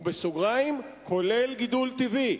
ובסוגריים: כולל גידול טבעי.